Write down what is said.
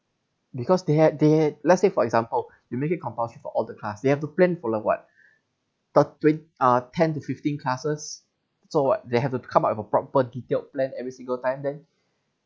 because they had they had let's say for example you make it compulsory for all the class you have to plan for it [what] thir~ twen~ uh ten to fifteen classes so what they have to come up with a proper detailed plan every single time then